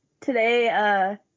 today